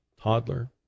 toddler